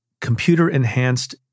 computer-enhanced